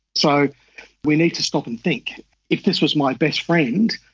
so we need to stop and think if this was my best friend,